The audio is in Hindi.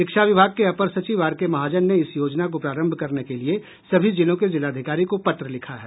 शिक्षा विभाग के अपर सचिव आर के महाजन ने इस योजना को प्रारंभ करने के लिए सभी जिलों के जिलाधिकारी को पत्र लिखा है